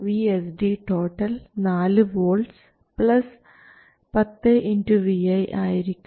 VSD 4 volts 10 vi ആയിരിക്കും